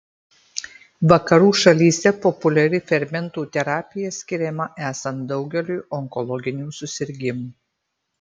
vakarų šalyse populiari fermentų terapija skiriama esant daugeliui onkologinių susirgimų